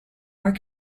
are